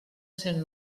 cent